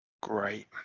great